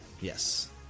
Yes